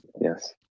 Yes